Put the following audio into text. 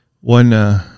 one